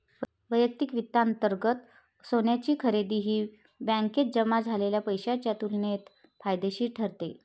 वैयक्तिक वित्तांतर्गत सोन्याची खरेदी ही बँकेत जमा झालेल्या पैशाच्या तुलनेत फायदेशीर ठरते